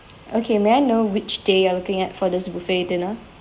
okay may I know which day you are looking at for this buffet dinner